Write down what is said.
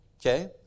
okay